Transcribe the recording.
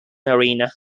arena